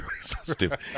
stupid